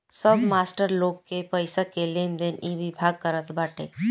सब मास्टर लोग के पईसा के लेनदेन इ विभाग करत बाटे